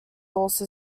also